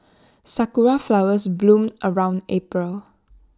Sakura Flowers bloom around April